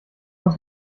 aus